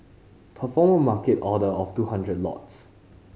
perform a market order of two hundred lots